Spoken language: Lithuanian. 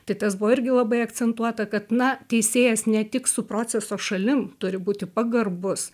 tai tas buvo irgi labai akcentuota kad na teisėjas ne tik su proceso šalim turi būti pagarbus